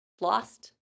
lost